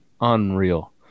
unreal